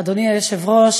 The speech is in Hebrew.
אדוני היושב-ראש,